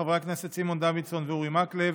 חברי הכנסת סימון דוידסון ואורי מקלב,